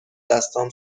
دستام